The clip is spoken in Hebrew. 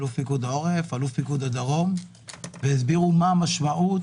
אלוף פיקוד העורף ואלוף פיקוד הדרום והסבירו מה המשמעות